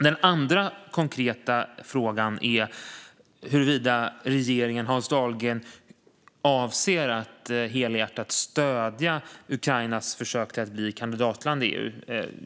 Den andra konkreta frågan är huruvida regeringen och Hans Dahlgren avser att helhjärtat stödja Ukrainas försök att bli kandidatland i EU.